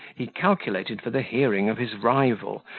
he calculated for the hearing of his rival,